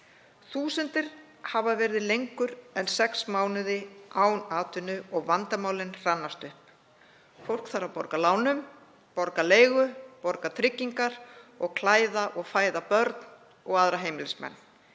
Þúsundir hafa verið lengur en sex mánuði án atvinnu og vandamálin hrannast upp. Fólk þarf að borga af lánum, borga leigu, borga tryggingar og klæða og fæða börn og aðra heimilismenn.